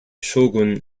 shogun